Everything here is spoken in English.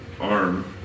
arm